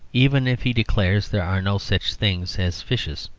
even if he declares there are no such things as fishes.